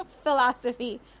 Philosophy